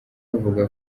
avuga